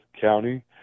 county